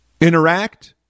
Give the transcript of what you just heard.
interact